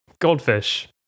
Goldfish